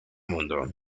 mundo